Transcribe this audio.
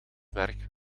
merk